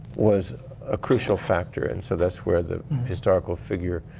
was a crucial factor. and so that's where the historical figure,